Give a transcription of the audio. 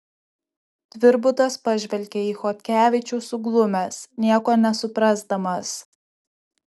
tvirbutas pažvelgia į chodkevičių suglumęs nieko nesuprasdamas